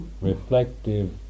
reflective